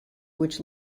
which